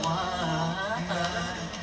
one